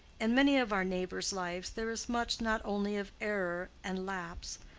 in many of our neighbors' lives there is much not only of error and lapse,